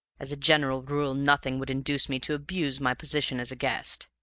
as a general rule nothing would induce me to abuse my position as a guest.